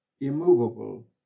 immovable